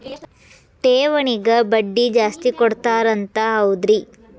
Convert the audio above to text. ಠೇವಣಿಗ ಬಡ್ಡಿ ಜಾಸ್ತಿ ಕೊಡ್ತಾರಂತ ಹೌದ್ರಿ?